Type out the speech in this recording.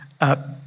up